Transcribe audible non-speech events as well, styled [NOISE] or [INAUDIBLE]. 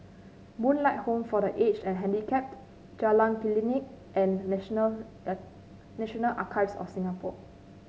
Moonlight Home for The Aged And Handicapped Jalan Klinik and National [NOISE] National Archives of Singapore